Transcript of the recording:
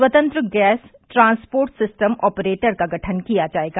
स्वतंत्र gas transport system operator का गठन किया जायेगा